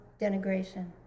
denigration